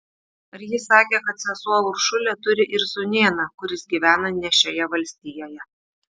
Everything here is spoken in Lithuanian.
ar ji sakė kad sesuo uršulė turi ir sūnėną kuris gyvena ne šioje valstijoje